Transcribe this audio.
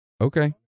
Okay